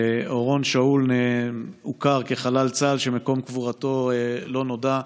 אורון שאול הוכר כחלל צה"ל שמקום קבורתו לא נודע.